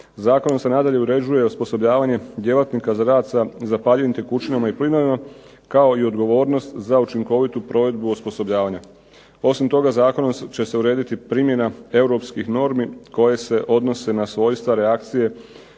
Zakonom se nadalje uređuje i osposobljavanje djelatnika za rad sa zapaljivim tekućinama i plinovima kao i odgovornost za učinkovitu provedbu osposobljavanja. Osim toga zakonom će se urediti primjena europskih normi koje se odnose na svojstvo reakcije,